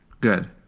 Good